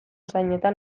zainetan